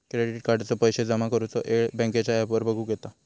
credit कार्डाचो पैशे जमा करुचो येळ बँकेच्या ॲपवर बगुक येता